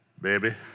Baby